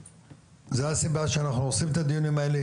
זו הסיבה שאנחנו עושים את הדיונים האלה,